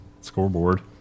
Scoreboard